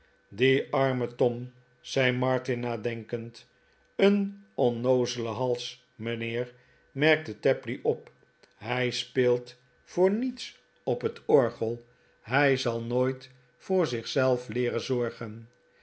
die arme tom zei martin nadenkend een onnoozele hals mijnheer merkte tapley op hij speelt voor niets op het orgel hij zal nooit voor zich zelf leerpn zorgen